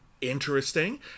interesting